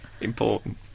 important